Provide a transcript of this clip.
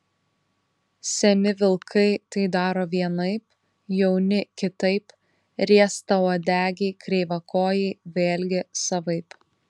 seni vilkai tai daro vienaip jauni kitaip riestauodegiai kreivakojai vėlgi savaip